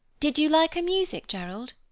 did you like her music, gerald?